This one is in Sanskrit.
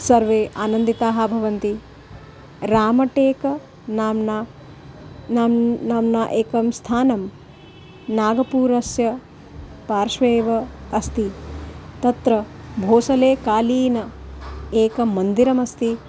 सर्वे आनन्दिताः भवन्ति रामटेकनाम्नः नाम् नाम्नः एकं स्थानं नागपूरस्य पार्श्वे एव अस्ति तत्र भोसलेकालीनम् एकं मन्दिरमस्ति